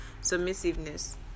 submissiveness